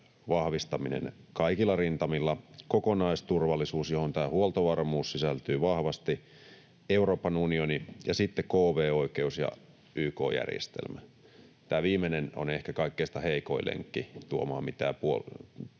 vahvistaminen kaikilla rintamilla, kokonaisturvallisuus — johon tämä huoltovarmuus sisältyy vahvasti — Euroopan unioni ja sitten kv-oikeus ja YK-järjestelmä. Tämä viimeinen on ehkä kaikista heikoin lenkki tuomaan mitään